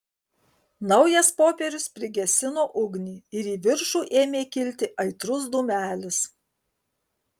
naujas popierius prigesino ugnį ir į viršų ėmė kilti aitrus dūmelis